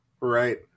right